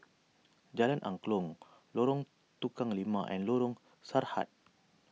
Jalan Angklong Lorong Tukang Lima and Lorong Sarhad